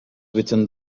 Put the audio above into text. within